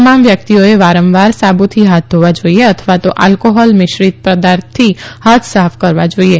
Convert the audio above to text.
તમામ વ્યક્તિઓએ વારંવાર સાબુથી હાથ ધોવા જોઈએ અથવા તો આલ્કોહોલ મિશ્રિત પદાર્થથી હાથ સાફ કરવા જોઈએ